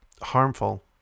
harmful